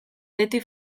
beti